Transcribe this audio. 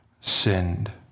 sinned